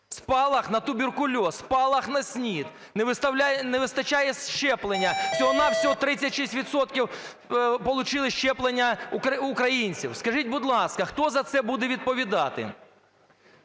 Спалах на туберкульоз, спалах на СНІД. Не вистачає щеплення. Всього-на-всього 36 відсотків получили щеплення українців. Скажіть, будь ласка, хто за це буде відповідати?